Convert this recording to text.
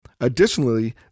Additionally